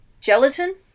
Gelatin